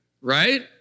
right